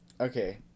Okay